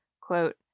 quote